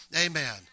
Amen